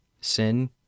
Sin